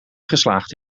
geslaagd